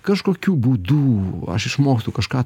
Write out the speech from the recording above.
kažkokiu būdu aš išmokstu kažką